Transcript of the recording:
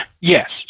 Yes